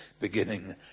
beginning